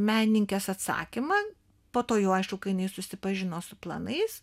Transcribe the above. menininkės atsakymą po to jau aišku kai jinai susipažino su planais